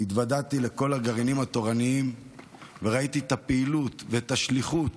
התוודעתי לכל הגרעינים התורניים וראיתי את הפעילות ואת השליחות